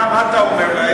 אתה, מה אתה אומר להם?